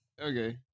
Okay